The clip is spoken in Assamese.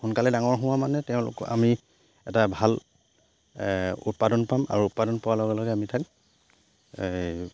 সোনকালে ডাঙৰ হোৱা মানে তেওঁলোকক আমি এটা ভাল উৎপাদন পাম আৰু উৎপাদন পোৱাৰ লগে লগে আমি তাত